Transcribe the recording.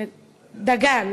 דגן.